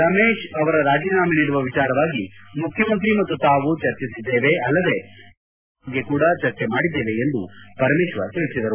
ರಮೇಶ್ ಅವರು ರಾಜೀನಾಮೆ ನೀಡುವ ವಿಚಾರವಾಗಿ ಮುಖ್ಯಮಂತ್ರಿ ಮತ್ತು ತಾವು ಚರ್ಚಿಸಿದ್ದೇವೆ ಅಲ್ಲದೆ ರಾಜ್ಯದ ಸಮಸ್ಥೆಗಳ ಬಗ್ಗೆ ಕೂಡ ಚರ್ಚೆ ಮಾಡಿದ್ದೆವೆ ಎಂದು ಪರಮೇಶ್ವರ್ ತಿಳಿಸಿದರು